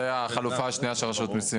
זו החלופה שרשות המיסים